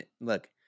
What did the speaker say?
look